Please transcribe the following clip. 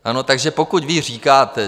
Ano, takže pokud vy říkáte...